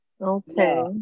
Okay